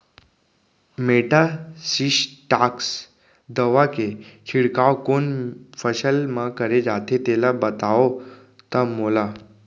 Metasystox दवा के छिड़काव कोन फसल म करे जाथे तेला बताओ त मोला?